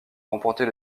remporter